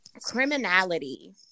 criminality